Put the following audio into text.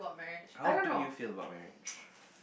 how do you feel about marriage